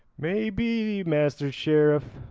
may be, master sheriff,